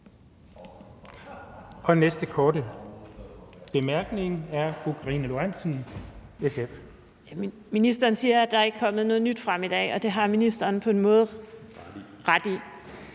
Karina Lorentzen Dehnhardt (SF): Ministeren siger, at der ikke er kommet noget nyt frem i dag, og det har ministeren på en måde ret i.